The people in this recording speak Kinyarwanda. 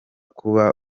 kuba